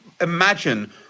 imagine –